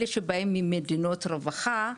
אלה שבאים ממדינות רווחה,